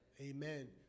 Amen